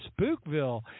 Spookville